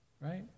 Right